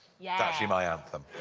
yeah. it's actually my anthem.